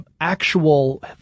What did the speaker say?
actual